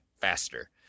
faster